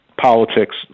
politics